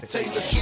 Taylor